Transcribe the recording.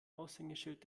aushängeschild